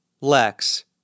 Lex